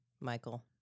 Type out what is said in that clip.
Michael